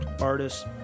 artists